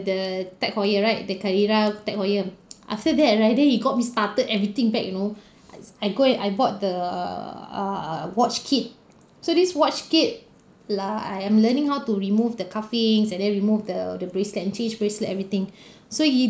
the Tag Heuer right the Carrera Tag Heuer after that right then it got restarted everything back you know I go and I bought the err watch kit so this watch kit lah I'm learning how to remove the cuffings and then remove the the bracelet and change bracelet everything so it